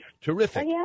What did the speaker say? Terrific